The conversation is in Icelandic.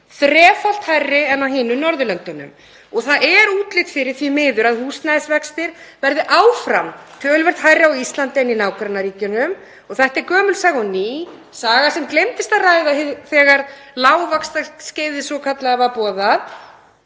þrefalt hærri en á hinum Norðurlöndunum og það er útlit fyrir, því miður, að húsnæðisvextir verði áfram töluvert hærri á Íslandi en í nágrannaríkjunum. Þetta er gömul saga og ný, saga sem gleymdist að ræða þegar lágvaxtaskeiðið svokallaða var boðað.